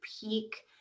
peak